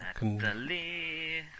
Natalie